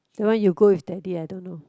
that one you go with daddy I don't know